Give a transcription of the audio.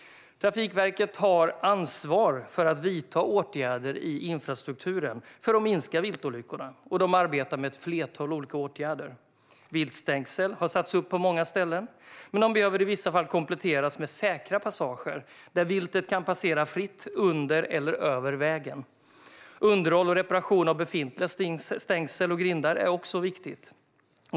Trafikverket har ansvar för att vidta åtgärder i infrastrukturen för att minska viltolyckorna, och de arbetar med ett flertal olika åtgärder. Viltstängsel har satts upp på många ställen, men de behöver i vissa fall kompletteras med säkra passager där viltet kan passera fritt under eller över vägen. Underhåll och reparation av befintliga stängsel och grindar är också viktigt.